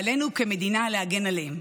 עלינו כמדינה להגן עליהן,